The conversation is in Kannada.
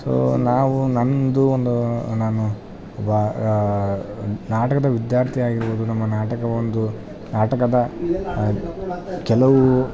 ಸೊ ನಾವು ನಮ್ಮದು ಒಂದು ನಾನು ಬಾ ನಾಟಕ್ದ ವಿದ್ಯಾರ್ಥಿಯಾಗಿರ್ಬೌದು ನಮ್ಮ ನಾಟಕ ಒಂದು ನಾಟಕದ ಕೆಲವು